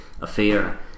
affair